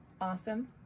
Awesome